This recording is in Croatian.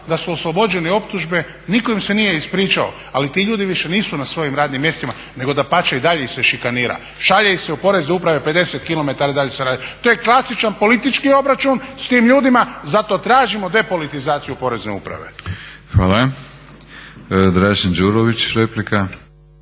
da su oslobođeni optužbe. Nitko im se nije ispričao, ali ti ljudi više nisu na svojim radnim mjestima, nego dapače i dalje ih se šikanira. Šalje ih se u porezne uprave 50 kilometara …/Govornik se ne razumije./… To je klasičan politički obračun s tim ljudima, zato tražimo depolitizaciju Porezne uprave. **Batinić, Milorad